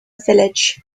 village